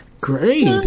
great